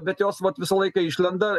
bet jos vat visą laiką išlenda